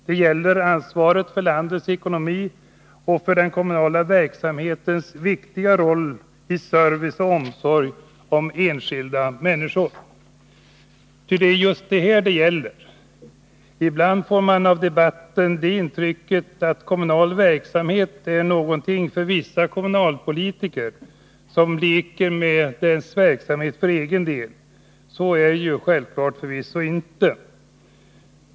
Det gäller ansvaret för landets ekonomi och för den kommunala verksamhetens viktiga roll att ge service och omsorg åt de enskilda människorna. Ty det är just det saken gäller. Ibland får man av debatten det intrycket att kommunal verksamhet är något som vissa kommunalpolitiker ”leker med” för egen del. Så är det förvisso inte.